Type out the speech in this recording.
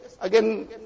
again